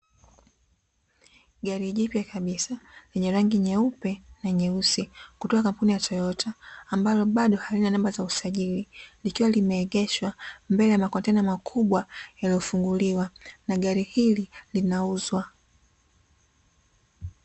Gari jipya kabisa lenye rangi nyeupe na nyeusi kutoka kampuni ya "Toyota", ambalo bado halina namba za usajili, likiwa limeegeshwa mbele ya makontena makubwa yaliyofunguliwa; na gari hili linauzwa.